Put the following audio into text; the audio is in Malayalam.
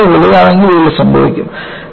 അതിനേക്കാൾ വലുതാണെങ്കിൽ യീൽഡ് സംഭവിക്കും